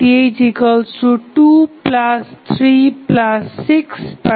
RTh236